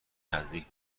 نزدیک